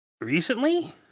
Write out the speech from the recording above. Recently